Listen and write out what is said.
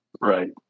right